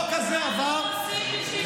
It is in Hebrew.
מה לא עושים בשביל עוד ספין,